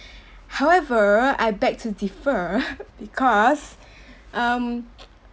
however I beg to differ because um